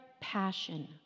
passion